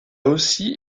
aussi